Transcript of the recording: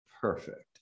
Perfect